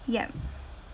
yup